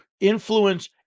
influence